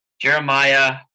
Jeremiah